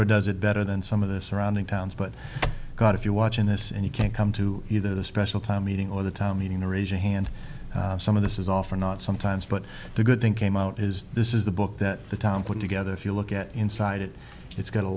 or does it better than some of the surrounding towns but god if you're watching this and you can come to either the special time meeting or the town meeting or asia hand some of this is off or not sometimes but the good thing came out is this is the book that the town put together if you look at inside it it's got a